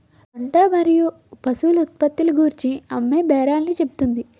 పంట మరియు పశువుల ఉత్పత్తిని గూర్చి అమ్మేబేరాన్ని చెబుతుంది